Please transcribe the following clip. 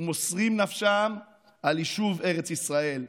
ומוסרים נפשם על יישוב ארץ ישראל.